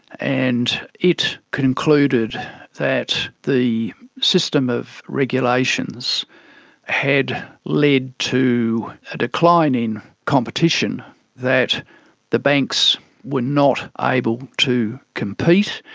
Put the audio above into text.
and it concluded that the system of regulations had led to a decline in competition that the banks were not able to compete.